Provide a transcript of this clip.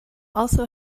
also